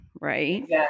right